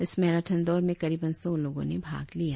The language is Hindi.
इस मैराथन दौड़ में करीबन सौ लोगों ने भाग लिया